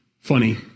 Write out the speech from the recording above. funny